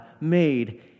made